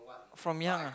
from young ah